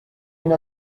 une